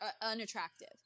unattractive